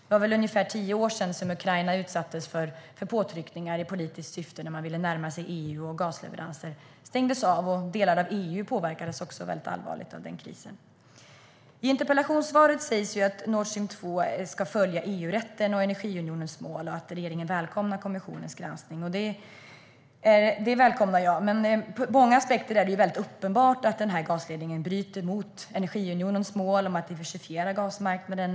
För ungefär tio år sedan utsattes Ukraina för politiska påtryckningar. De ville närma sig EU. Då stängdes gasleveranser av. Delar av EU påverkades också allvarligt av den krisen. I interpellationssvaret sägs det att Nordstream 2 ska följa EU-rätten och energiunionens mål och att regeringen välkomnar kommissionens granskning. Det välkomnar jag. Men det är ur många aspekter uppenbart att den här gasledningen bryter mot energiunionens mål om att diversifiera gasmarknaden.